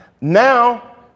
Now